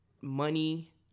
money